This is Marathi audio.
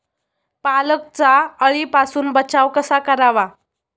पालकचा अळीपासून बचाव कसा करावा?